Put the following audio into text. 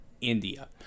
India